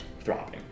throbbing